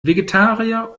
vegetarier